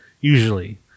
Usually